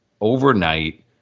overnight